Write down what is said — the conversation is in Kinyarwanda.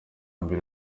mbere